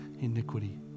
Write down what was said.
iniquity